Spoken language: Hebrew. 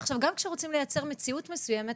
עכשיו גם כשרוצים לייצר מציאות מסוימת,